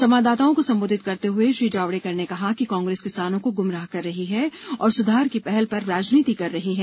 संवाददाताओं को संबोधित करते हुए श्री जावड़ेकर ने आज कहा कि कांग्रेस किसानों को गुमराह कर रही है और सुधार की पहल पर राजनीति कर रही है